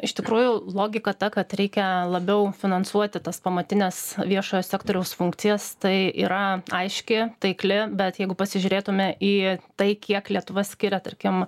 iš tikrųjų logika ta kad reikia labiau finansuoti tas pamatines viešojo sektoriaus funkcijas tai yra aiški taikli bet jeigu pasižiūrėtume į tai kiek lietuva skiria tarkim